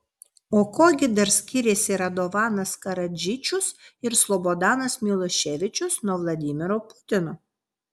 o kuo gi dar skiriasi radovanas karadžičius ir slobodanas miloševičius nuo vladimiro putino